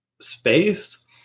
space